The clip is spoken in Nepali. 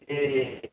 ए